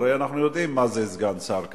הרי אנחנו יודעים מה זה סגן שר כזה.